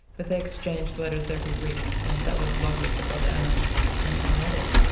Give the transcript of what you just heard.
but they exchanged letters every week and that was lovely for both anna and my mother.